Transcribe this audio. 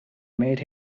made